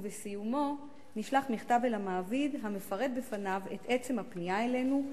ובסיומו נשלח מכתב אל המעביד המפרט בפניו את עצם הפנייה אלינו,